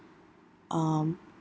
um